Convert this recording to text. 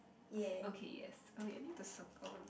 okay yes oh I need to circle this